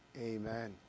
Amen